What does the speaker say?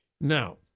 Now